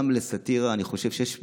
גם לסאטירה אני חושב שיש גבולות,